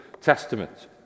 Testament